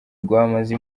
rwamaze